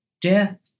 death